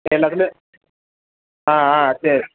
எல்லாத்துலேயும் ஆ ஆ சரி